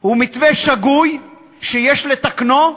הוא מתווה שגוי שיש לתקנו,